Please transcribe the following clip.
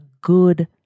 good